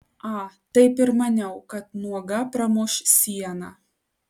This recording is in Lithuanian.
a taip ir maniau kad nuoga pramuš sieną